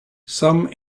some